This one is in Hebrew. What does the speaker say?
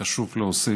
חשוב להוסיף.